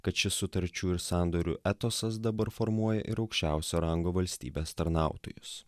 kad šis sutarčių ir sandorių etosas dabar formuoja ir aukščiausio rango valstybės tarnautojus